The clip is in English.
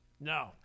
No